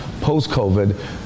post-COVID